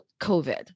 COVID